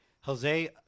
Jose